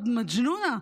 את מג'נונה.